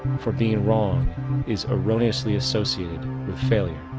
for being wrong is erroneously associated with failure.